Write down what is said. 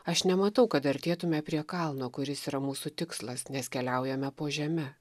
aš nematau kad artėtume prie kalno kuris yra mūsų tikslas nes keliaujame po žeme